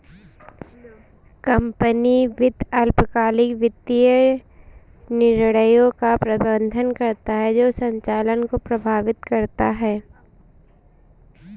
company वित्त अल्पकालिक वित्तीय निर्णयों का प्रबंधन करता है जो संचालन को प्रभावित करता है